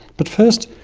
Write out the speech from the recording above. but first,